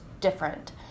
different